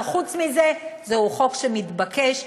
אבל חוץ מזה זה חוק שמתבקש,